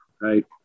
right